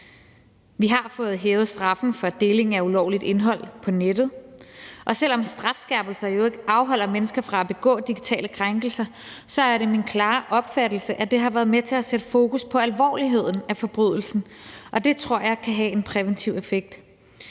Vi har fået hævet straffen for deling af ulovligt indhold på nettet, og selv om strafskærpelser i øvrigt afholder mennesker fra at begå digitale krænkelser, er det min klare opfattelse, at det har været med til at sætte fokus på alvorligheden af forbrydelsen. Og det tror jeg kan have en præventiv effekt,